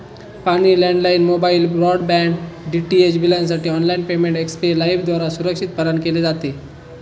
पाणी, landline, mobile, broadband, DTH बिलांसाठी online payment Xpay लाइफद्वारा सुरक्षितपणान केले जाते